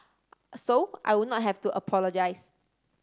so I would not have to apologise